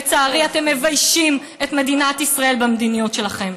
לצערי, אתם מביישים את מדינת ישראל במדיניות שלכם.